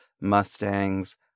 Mustangs